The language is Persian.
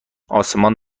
آسمان